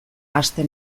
aste